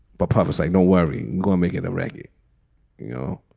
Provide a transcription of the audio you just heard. but parviz, i know worring gonna make it a record you know,